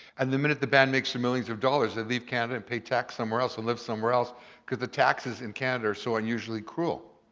and the minute the band makes millions of dollars, they leave canada and pay tax somewhere else and live somewhere else cause the taxes in canada are so unusually cruel,